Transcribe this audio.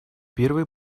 первые